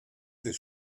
this